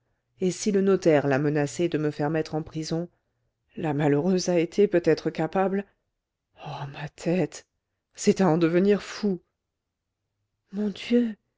et si le notaire l'a menacée de me faire mettre en prison la malheureuse a été peut-être capable oh ma tête c'est à en devenir fou mon dieu